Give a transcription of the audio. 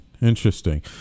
Interesting